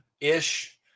ish